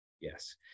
Yes